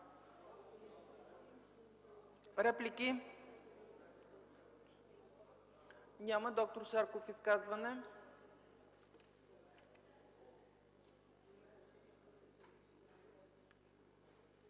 Реплики? Няма. Доктор Шарков – изказване.